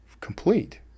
complete